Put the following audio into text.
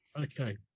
Okay